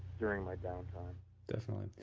during my downtime definitely.